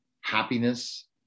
happiness